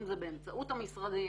אם זה באמצעות המשרדים,